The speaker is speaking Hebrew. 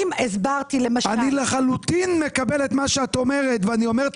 אני לחלוטין מקבל את מה שאת אומרת ואני אומר,